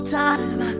time